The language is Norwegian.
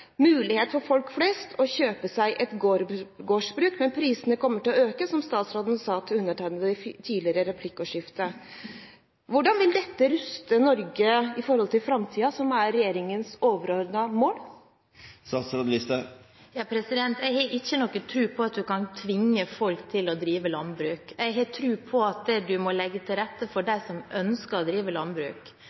gårdsbruk. Men prisene kommer til å øke, som statsråden sa til undertegnede i et tidligere replikkordskifte. Hvordan vil dette ruste Norge med tanke på framtiden, som er regjeringens overordnede mål? Jeg har ikke noen tro på at du kan tvinge folk til å drive landbruk. Jeg har tro på at du må legge til rette for dem som ønsker å drive landbruk.